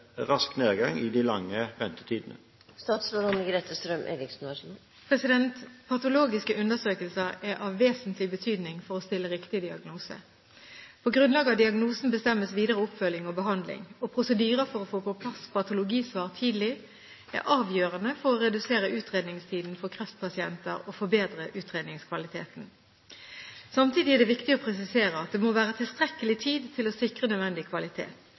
de lange ventetidene?» Patologiske undersøkelser er av vesentlig betydning for å stille riktig diagnose. På grunnlag av diagnosen bestemmes videre oppfølging og behandling, og prosedyrer for å få på plass patologisvar tidlig er avgjørende for å redusere utredningstiden for kreftpasienter og forbedre utredningskvaliteten. Samtidig er det viktig å presisere at det må være tilstrekkelig tid til å sikre nødvendig kvalitet.